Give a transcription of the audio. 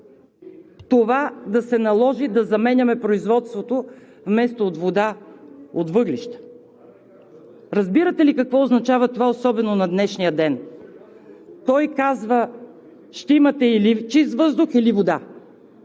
това да се наложи да заменяме производството вместо от вода, от въглища. Разбирате ли какво означава това особено на днешния ден? Той казва: ще имате или чист въздух, или вода.